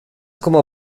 como